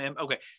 okay